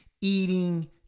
eating